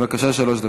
בבקשה, שלוש דקות.